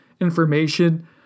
information